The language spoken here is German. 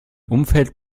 umfeld